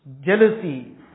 jealousy